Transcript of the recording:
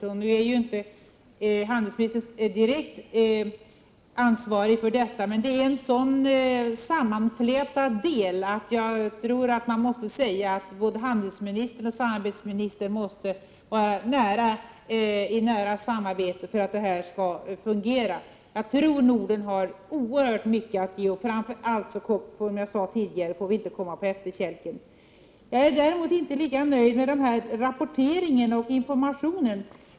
Utrikeshandelsministern är ju inte direkt ansvarig för detta, men verksamheterna är så sammanflätade att jag tror att både utrikeshandelsministern och samarbetsministern måste ha en nära samverkan för att det här skall fungera. Norden har oerhört mycket att ge, men vi får framför allt inte, som jag sade tidigare, komma på efterkälken. Jag är inte lika nöjd med informationen och rapporteringen.